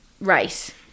race